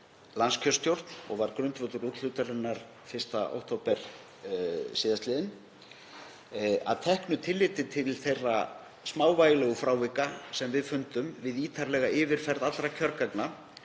landskjörstjórn og var grundvöllur úthlutunarinnar 1. október sl., að teknu tilliti til þeirra smávægilegu frávika sem við fundum við ítarlega yfirferð allra kjörgagna